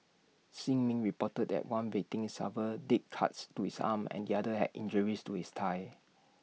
shin min reported that one victim suffered deep cuts to his arm and the other had injuries to his thigh